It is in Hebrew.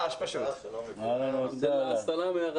אהלן, גם גור נמצא